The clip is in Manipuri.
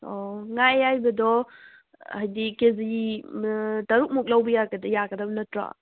ꯑꯣ ꯉꯥ ꯑꯌꯥꯏꯕꯗꯣ ꯍꯥꯏꯗꯤ ꯀꯦꯖꯤ ꯇꯔꯨꯛꯃꯨꯛ ꯂꯧꯕ ꯌꯥꯒꯗꯕ ꯅꯠꯇ꯭ꯔꯣ